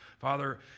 Father